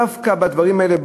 דווקא בדברים האלה,